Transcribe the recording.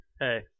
hey –